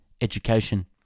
education